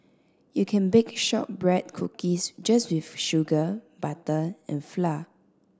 you can bake shortbread cookies just with sugar butter and flour